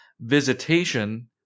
visitation